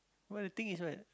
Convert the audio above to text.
well the thing is right